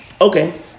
Okay